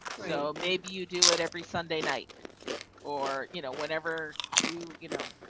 so maybe you do it every sunday night or, you know whenever you, you know,